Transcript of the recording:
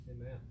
Amen